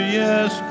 yes